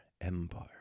Empire